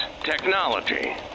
technology